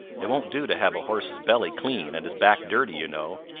it won't do to have a horse's belly clean and his back dirty, you know.